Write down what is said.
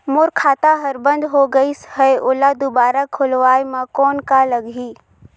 मोर खाता हर बंद हो गाईस है ओला दुबारा खोलवाय म कौन का लगही?